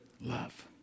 love